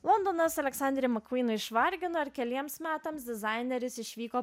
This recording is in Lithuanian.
londonas aleksandrui makvyną išvargino ir keliems metams dizaineris išvyko